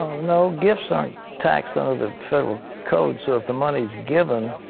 ah no, gifts aren't taxed under the federal code. so if the money is given